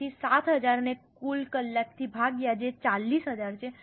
તેથી 7000 ને કુલ કલાકથી ભાગ્યા જે 40000 છે